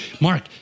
Mark